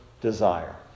desire